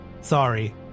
Sorry